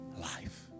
life